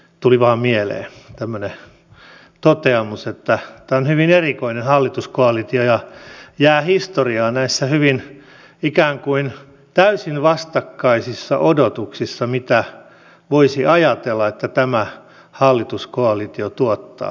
tuli vain mieleen tämmöinen toteamus että tämä on hyvin erikoinen hallituskoalitio ja jää historiaan näissä ikään kuin täysin vastakkaisissa odotuksissa kuin voisi ajatella että tämä hallituskoalitio tuottaa